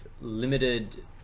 limited